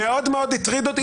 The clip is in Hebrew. מאוד מאוד הטריד אותי.